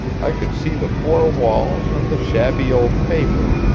i could see the four walls and the shabby old paper,